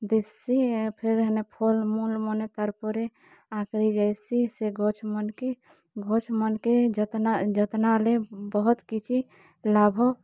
ଦେଶୀ ଫେର ହେନ୍ ଫଲ୍ମୂଲ୍ମାନେ ତାର୍ ପରେ ଆଙ୍କରି ଯାଇସି ସେ ଗଛ୍ମାନ୍କେ ଗଛ୍ମାନ୍କେ ଯତ୍ନାଲେ ବହୁତ୍ କିଛି ଲାଭ ଲାଭ